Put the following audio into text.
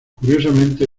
curiosamente